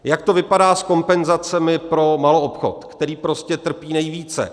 Jak to vypadá s kompenzacemi pro maloobchod, který trpí nejvíce?